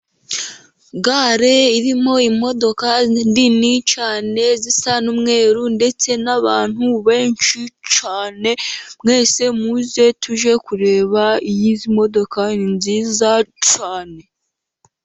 Gare irimo imodoka nini cyane, zisa n'umweru, ndetse n'abantu benshi cyane, mwese muze tujye kureba izi modoka ni nziza cyane.